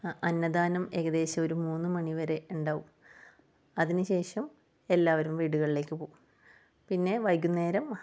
അന്നദാനം ഏകദേശം ഒരു മൂന്നു മണിവരെ ഉണ്ടാകും അതിനു ശേഷം എല്ലാവരും വീടുകളിലേക്ക് പോകും പിന്നെ വൈകുന്നേരം